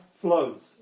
flows